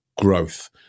growth